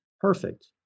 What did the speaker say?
Perfect